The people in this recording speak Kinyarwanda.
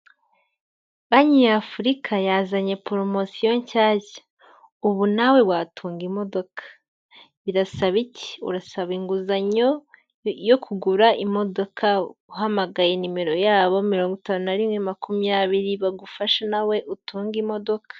Banki ya Afurika yazanye poromosiyo nshyashya, ubu nawe watunga imodoka, birasaba iki? Urasaba inguzanyo yo kugura imodoka, uhamagaye nimero yabo mirongo itanu nari rimwe makumyabiri bagufashe nawe utunge imodoka.